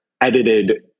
edited